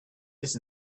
this